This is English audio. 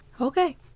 Okay